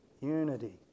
Unity